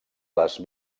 les